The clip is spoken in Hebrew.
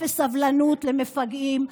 אפס סבלנות למפגעים.